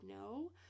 no